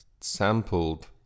sampled